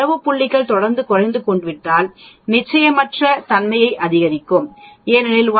தரவு புள்ளிகள் தொடர்ந்து குறைந்துவிட்டால் நிச்சயமற்ற தன்மையும் அதிகரிக்கும் ஏனெனில் 1